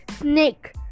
Snake